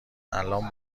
الان